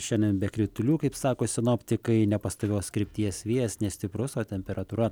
šiandien be kritulių kaip sako sinoptikai nepastovios krypties vėjas nestiprus o temperatūra